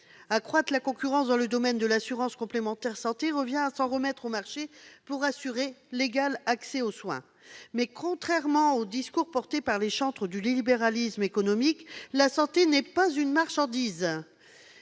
Accroître la concurrence dans le domaine de l'assurance complémentaire santé revient à s'en remettre au marché pour assurer l'égal accès aux soins. Or, contrairement à ce que prétendent les chantres du libéralisme économique, la santé n'est pas une marchandise